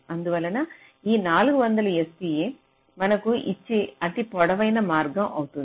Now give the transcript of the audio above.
అందువలన ఈ 400 STA మనకు ఇచ్చే అతి పొడవైన మార్గం అవుతుంది